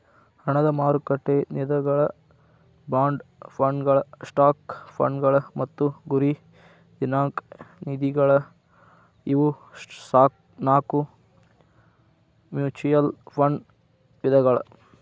ಹಣದ ಮಾರುಕಟ್ಟೆ ನಿಧಿಗಳ ಬಾಂಡ್ ಫಂಡ್ಗಳ ಸ್ಟಾಕ್ ಫಂಡ್ಗಳ ಮತ್ತ ಗುರಿ ದಿನಾಂಕ ನಿಧಿಗಳ ಇವು ನಾಕು ಮ್ಯೂಚುಯಲ್ ಫಂಡ್ ವಿಧಗಳ